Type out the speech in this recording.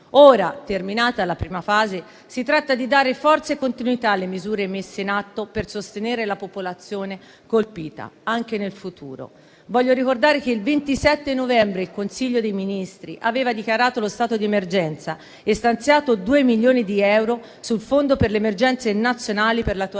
Ora, terminata la prima fase, si tratta di dare forza e continuità alle misure messe in atto per sostenere anche nel futuro la popolazione colpita. Voglio ricordare che il 27 novembre il Consiglio dei ministri aveva dichiarato lo stato di emergenza e stanziato 2 milioni di euro sul Fondo per le emergenze nazionali per